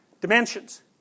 dimensions